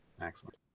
Excellent